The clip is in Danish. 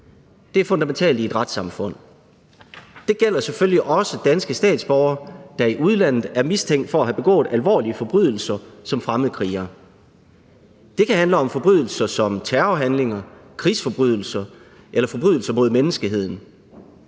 Det er fundamentalt i et retssamfund. Det gælder selvfølgelig også danske statsborgere, der i udlandet er mistænkt for at have begået alvorlige forbrydelser som fremmedkrigere. Det kan handle om forbrydelser som terrorhandlinger, krigsforbrydelser eller forbrydelser mod menneskeheden.